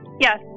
yes